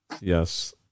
Yes